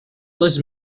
les